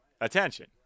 attention